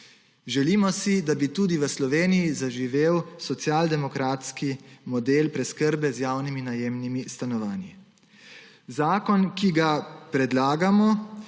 Želimo si, da bi tudi v Sloveniji zaživel socialdemokratski model preskrbe z javnimi najemnimi stanovanji. Zakon, ki ga predlagamo,